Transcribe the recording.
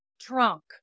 trunk